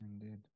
Indeed